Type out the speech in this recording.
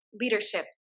leadership